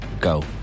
Go